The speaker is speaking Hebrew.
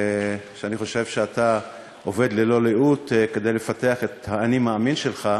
שאני חושב שאתה עובד ללא לאות כדי לפתח את ה"אני מאמין" שלך,